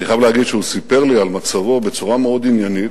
אני חייב להגיד שהוא סיפר לי על מצבו בצורה מאוד עניינית,